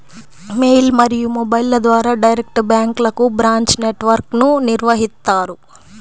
mail మరియు మొబైల్ల ద్వారా డైరెక్ట్ బ్యాంక్లకు బ్రాంచ్ నెట్ వర్క్ను నిర్వహిత్తారు